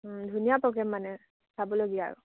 ধুনীয়া প্ৰগ্ৰেম মানে চাবলগীয়া আৰু